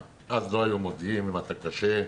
אז לא היו מודיעים אם אתה פצוע קשה,